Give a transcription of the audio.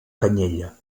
canyella